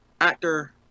Actor